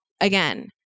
again